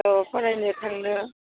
अ फरायनो थांनो